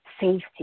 safety